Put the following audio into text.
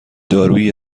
دارویی